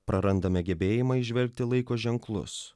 prarandame gebėjimą įžvelgti laiko ženklus